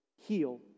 heal